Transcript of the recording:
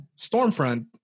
Stormfront